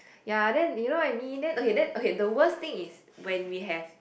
ya then you know what I mean then okay then okay the worst thing is when we have